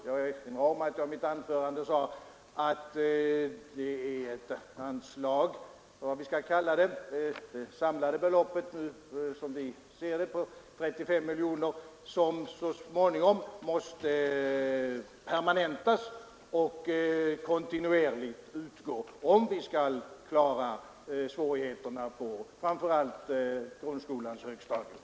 Jag erinrar om vad jag sade i mitt tidigare anförande, att detta är en del av det samlade beloppet på 35 miljoner som så småningom måste permanentas och kontinuerligt utgå, om vi skall klara svårigheterna på framför allt grundskolans högstadium.